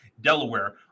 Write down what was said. Delaware